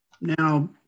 now